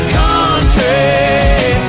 country